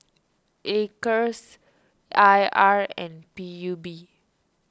Acres I R and P U B